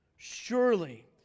Surely